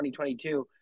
2022